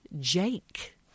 Jake